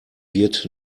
wird